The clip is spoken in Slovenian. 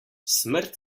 smrt